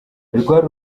rwari